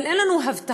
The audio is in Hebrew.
אבל אין לנו הבטחה